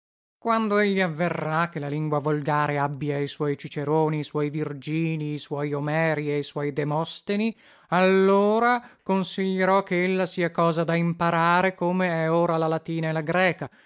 quando egli avverrà che la lingua volgare abbia i suoi ciceroni i suoi virgilii i suoi omeri e i suoi demosteni allora consiglierò che ella sia cosa da imparare come è ora la latina e la greca